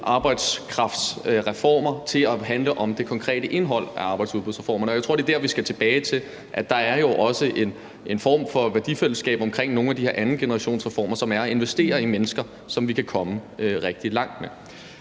arbejdskraftsreformer til at handle om det konkrete indhold af arbejdsudbudsreformerne. Jeg tror, det er det, vi skal tilbage til, altså at der jo også er en form for værdifællesskab omkring nogle af de her andengenerationsreformer, som handler om at investere i mennesker, og som vi kan komme rigtig langt med.